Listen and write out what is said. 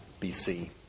BC